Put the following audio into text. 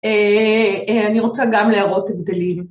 ‫אני רוצה גם להראות את הבדלים.